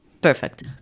perfect